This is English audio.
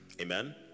Amen